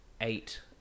eight